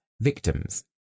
victims